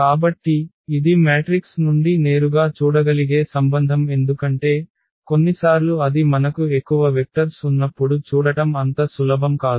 కాబట్టి ఇది మ్యాట్రిక్స్ నుండి నేరుగా చూడగలిగే సంబంధం ఎందుకంటే కొన్నిసార్లు అది మనకు ఎక్కువ వెక్టర్స్ ఉన్నప్పుడు చూడటం అంత సులభం కాదు